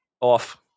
off